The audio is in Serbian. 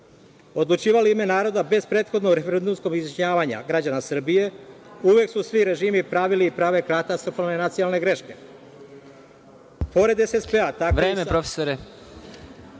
odlučivali u ime naroda bez prethodnog referendumskog izjašnjavanja građana Srbije, uvek su svi režimi pravili i prave katastrofalne nacionalne greške